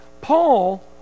Paul